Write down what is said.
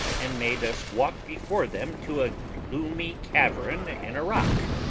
and made us walk before them to a gloomy cavern in a rock,